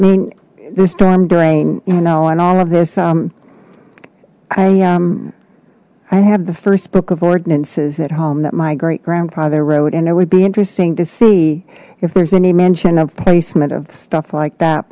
i mean the storm drain you know and all of this um i am i have the first book of ordinances at home that my great grandfather wrote and it would be interesting to see if there's any mention of placement of stuff like that